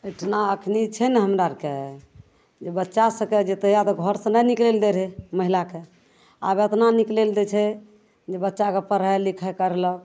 एहिठिना एखन छै ने हमरा आओरके जे बच्चा सभकेँ जे तहिआ तऽ घरसे नहि निकलै ले दै रहै महिलाके आब एतना ने निकलै ले दै छै जे बच्चाके पढ़ाइ लिखाइ करलक